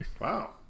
Wow